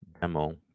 demo